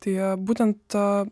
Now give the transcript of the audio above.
tai a būtent a